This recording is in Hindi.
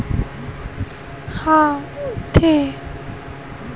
पुराने ज़माने में साहूकार फंडिंग के मुख्य श्रोत थे